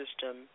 system